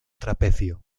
trapecio